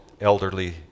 elderly